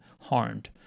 harmed